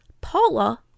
Paula